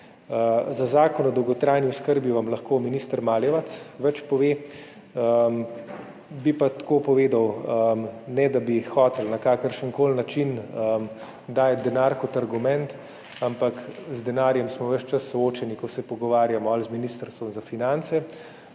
Za Zakon o dolgotrajni oskrbi vam lahko minister Maljevac več pove, bi pa tako povedal, ne da bi hoteli na kakršenkoli način dajati denar kot argument, ampak z denarjem smo ves čas soočeni, ko se pogovarjamo ali z Ministrstvom za finance